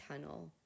tunnel